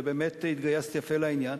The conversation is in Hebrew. ובאמת התגייסת יפה לעניין,